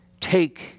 Take